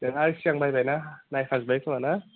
नोंहा सिगां नायबाय ना नाखाजोबाय खोमान ना